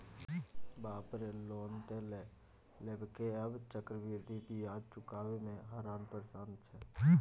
बाप रे लोन त लए लेलकै आब चक्रवृद्धि ब्याज चुकाबय मे हरान परेशान छै